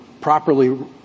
properly